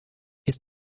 ist